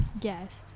guest